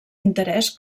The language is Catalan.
interès